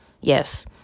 Yes